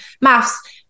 maths